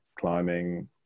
climbing